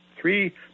three